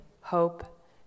hope